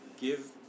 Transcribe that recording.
give